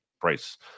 price